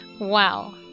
Wow